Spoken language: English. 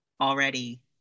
already